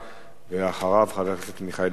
אחריו, חבר הכנסת מיכאל בן-ארי.